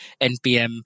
NPM